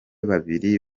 babiri